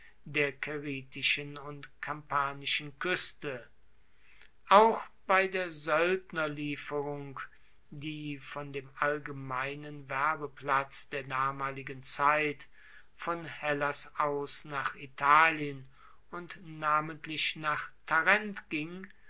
der caeritischen und kampanischen kueste auch bei der soeldnerlieferung die von dem allgemeinen werbeplatz der damaligen zeit von hellas aus nach italien und namentlich nach tarent ging